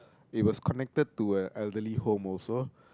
it was connected to a elderly home also